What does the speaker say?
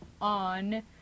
on